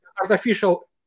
artificial